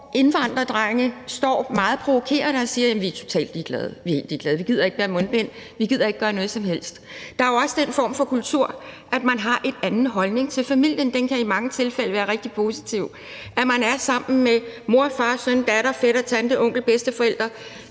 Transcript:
indvandrerdrenge står meget provokerende og siger: Vi er totalt ligeglade, vi er helt ligeglade, vi gider ikke bære mundbind, vi gider ikke gøre noget som helst. Der er jo også den form for kultur, at man har en anden holdning til familien – den kan i mange tilfælde være rigtig positiv – at man er sammen med mor, far, søn, datter, fætter, tante, onkel, bedsteforældre,